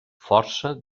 força